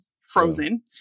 frozen